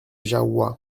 jahoua